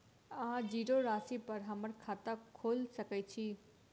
अहाँ जीरो राशि पर हम्मर खाता खोइल सकै छी?